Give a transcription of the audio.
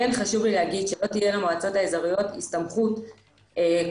חשוב לי לומר שלא תהיה למועצות האזוריות הסתמכות כוללת